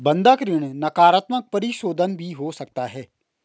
बंधक ऋण नकारात्मक परिशोधन भी हो सकता है